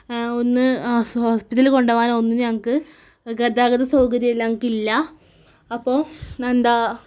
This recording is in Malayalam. ഒന്ന് ഹോസ്പിറ്റലിൽ കൊണ്ടു പോവാനോ ഒന്നിനും ഞങ്ങൾക്ക് ഗതാഗത സൗകര്യം ഞങ്ങൾക്ക് ഇല്ല അപ്പോൾ എന്താനണ്